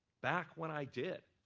back when i did,